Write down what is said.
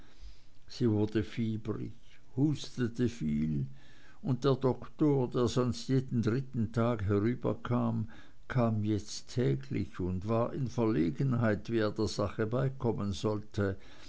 sie wurde fiebrig hustete viel und der doktor der sonst jeden dritten tag herüberkam kam jetzt täglich und war in verlegenheit wie er der sache beikommen solle